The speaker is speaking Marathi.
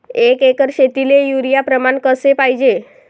एक एकर शेतीले युरिया प्रमान कसे पाहिजे?